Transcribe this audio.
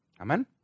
Amen